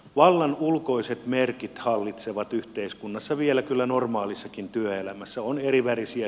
vallan ulkoiset merkit hallitsevat yhteiskunnassa vielä kyllä normaalissakin työelämässä